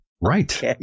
Right